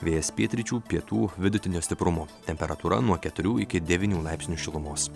vėjas pietryčių pietų vidutinio stiprumo temperatūra nuo keturių iki devynių laipsnių šilumos